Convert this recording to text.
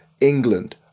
England